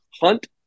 hunt